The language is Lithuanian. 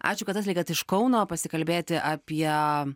ačiū kad atlėkėt iš kauno pasikalbėti apie